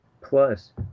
Plus